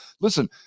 Listen